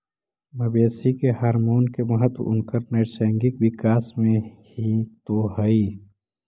मवेशी के हॉरमोन के महत्त्व उनकर नैसर्गिक विकास में हीं तो हई